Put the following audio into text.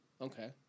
Okay